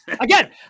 again